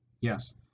Yes